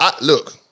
look